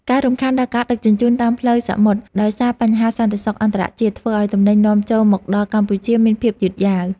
ការរំខានដល់ការដឹកជញ្ជូនតាមផ្លូវសមុទ្រដោយសារបញ្ហាសន្តិសុខអន្តរជាតិធ្វើឱ្យទំនិញនាំចូលមកដល់កម្ពុជាមានភាពយឺតយ៉ាវ។